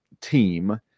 team